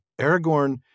Aragorn